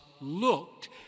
looked